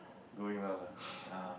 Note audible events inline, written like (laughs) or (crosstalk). going well lah (laughs)